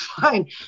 fine